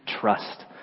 trust